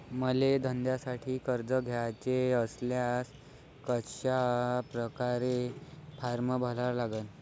मले धंद्यासाठी कर्ज घ्याचे असल्यास कशा परकारे फारम भरा लागन?